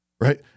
right